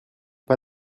pas